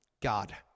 God